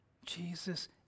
Jesus